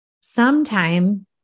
sometime